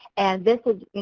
and this is, you